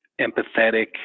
empathetic